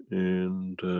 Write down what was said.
and.